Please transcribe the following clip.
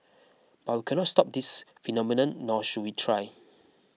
but we cannot stop this phenomenon nor should we try